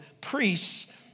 priests